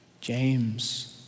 James